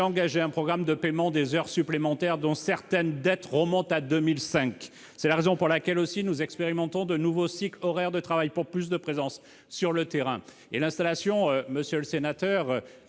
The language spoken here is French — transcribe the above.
engagé un programme de paiement des heures supplémentaires dont certaines remontent à 2005. C'est aussi la raison pour laquelle nous expérimentons de nouveaux cycles d'horaires de travail, pour plus de présence sur le terrain. Monsieur le sénateur,